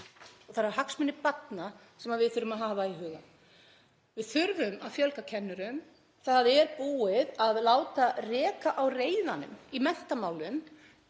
og það eru hagsmunir barna sem við þurfum að hafa í huga. Við þurfum að fjölga kennurum. Það er búið að láta reka á reiðanum í menntamálum